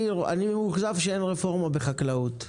אני מאוכזב שאין רפורמה בחקלאות.